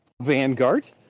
Vanguard